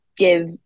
give